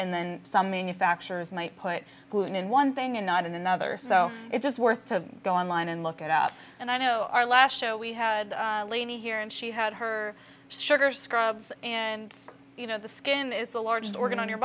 and then some manufacturers might put gluten in one thing and not in another so it's just worth to go online and look it up and i know our last show we had leni here and she had her sugar scrubs and you know the skin is the largest organ on your